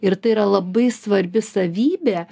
ir tai yra labai svarbi savybė